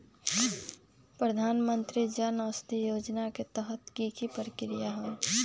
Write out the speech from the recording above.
प्रधानमंत्री जन औषधि योजना के तहत की की प्रक्रिया होई?